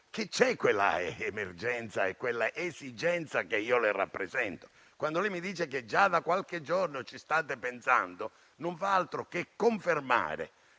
che ci sono quell'emergenza e quell'esigenza che le rappresento. Quando mi dice che già da qualche giorno ci state pensando, non fa altro che confermare